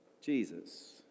Jesus